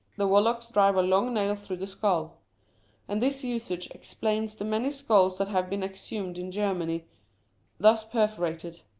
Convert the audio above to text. the wallacks drive a long nail through the skull and this usage explains the many skulls that have been exhumed in germany thus perforated.